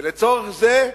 ולצורך זה,